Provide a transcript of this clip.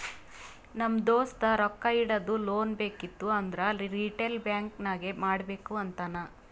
ನಮ್ ದೋಸ್ತ ರೊಕ್ಕಾ ಇಡದು, ಲೋನ್ ಬೇಕಿತ್ತು ಅಂದುರ್ ರಿಟೇಲ್ ಬ್ಯಾಂಕ್ ನಾಗೆ ಮಾಡ್ಬೇಕ್ ಅಂತಾನ್